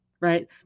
right